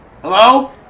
Hello